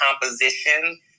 composition